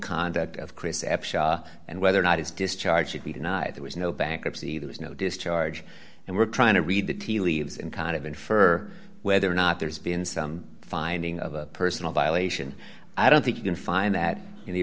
conduct of chris and whether or not his discharge should be denied there was no bankruptcy there was no discharge and we're trying to read the tea leaves and kind of infer whether or not there's been some finding of a personal violation i don't think you can find that in the